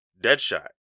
Deadshot